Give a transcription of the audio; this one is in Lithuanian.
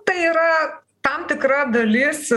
tai yra tam tikra dalis